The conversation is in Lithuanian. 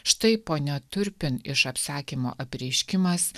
štai ponia turpin iš apsakymo apreiškimas